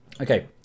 Okay